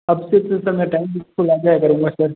अब सिर्फ इस समय टाइम से स्कूल आ जाया करूँगा सर